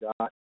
got